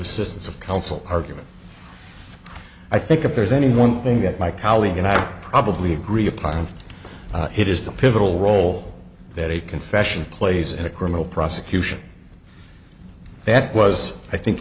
assistance of counsel argument i think if there's any one thing that my colleague and i probably agree upon it is the pivotal role that a confession plays in a criminal prosecution that was i think